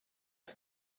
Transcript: and